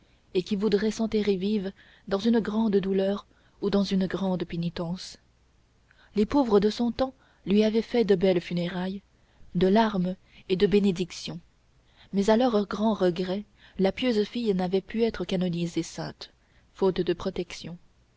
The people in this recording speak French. et qui voudraient s'enterrer vives dans une grande douleur ou dans une grande pénitence les pauvres de son temps lui avaient fait de belles funérailles de larmes et de bénédictions mais à leur grand regret la pieuse fille n'avait pu être canonisée sainte faute de protections